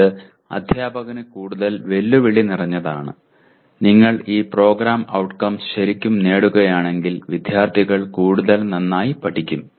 ഇത് അധ്യാപകന് കൂടുതൽ വെല്ലുവിളി നിറഞ്ഞതാണ് നിങ്ങൾ ഈ പ്രോഗ്രാം ഔട്ട്കംസ് ശരിക്കും നേടുകയാണെങ്കിൽ വിദ്യാർത്ഥികൾ കൂടുതൽ നന്നായി പഠിക്കും